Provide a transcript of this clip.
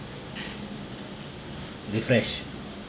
refresh